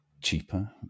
cheaper